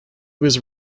was